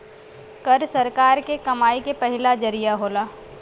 कर सरकार के कमाई के पहिला जरिया होला